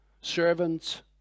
servants